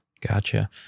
Gotcha